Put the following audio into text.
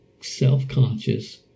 self-conscious